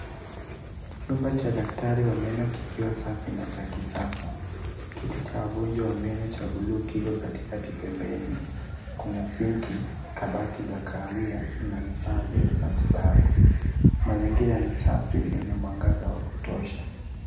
Chumba cha daktari wa meno kikiwa safi na cha kisasa. Kiti cha wagonjwa wa meno cha bluu kiko katikati pembeni. Kuna sink ,kabati ya kahawia, na vifaa vya matibabu. Mazingira ni safi yenye mwangaza wa kutosha.